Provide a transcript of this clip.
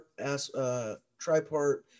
tripart